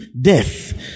death